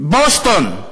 בבוסטון,